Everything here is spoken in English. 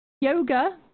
yoga